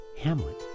Hamlet